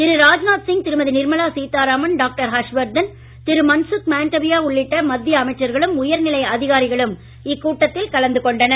திரு ராஜ்நாத் சிங் திருமதி நிர்மலா சீதாராமன் டாக்டர் ஹர்ஷவர்தன் திரு மன்சுக் மாண்டவியா உள்ளிட்ட மத்திய அமைச்சர்களும் உயர் நிலை அதிகாரிகளும் இக் கூட்டத்தில் கலந்துகொண்டனர்